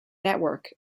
network